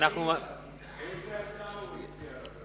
איזו הצעה הוא הציע?